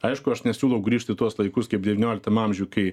aišku aš nesiūlau grįžt į tuos laikus kaip devynioliktam amžių kai